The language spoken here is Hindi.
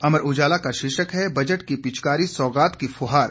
अमर उजाला का शीर्षक है बजट की पिचकारी सौगात की फुहार